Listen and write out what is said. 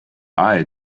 eye